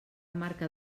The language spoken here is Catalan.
marca